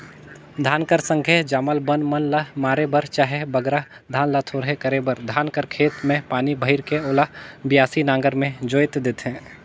धान कर संघे जामल बन मन ल मारे बर चहे बगरा धान ल थोरहे करे बर धान कर खेत मे पानी भइर के ओला बियासी नांगर मे जोएत देथे